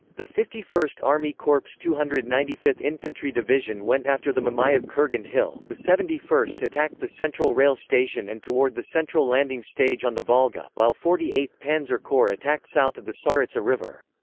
the fifty first army corps' two hundred and ninety fifth infantry division went after the mamayev kurgan hill, the seventy first attacked the central rail station and toward the central landing stage on the volga, while forty eighth panzer corps attacked south of the tsaritsa river.